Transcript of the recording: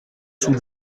sous